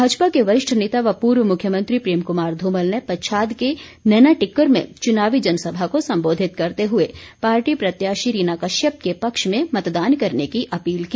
भाजपा के वरिष्ठ नेता व पूर्व मुख्यमंत्री प्रेम कुमार धूमल ने पच्छाद के नैनाटिक्कर में चुनावी जनसभा को संबोधित करते हुए पार्टी प्रत्याशी रीना कश्यप के पक्ष में मतदान करने की अपील की